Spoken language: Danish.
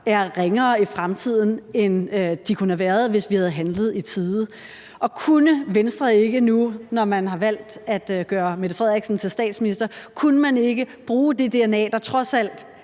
er ringere i fremtiden, end de kunne have været, hvis vi havde handlet i tide. Kunne Venstre ikke nu, hvor man har valgt at gøre Mette Frederiksen til statsminister, bruge det dna, der trods alt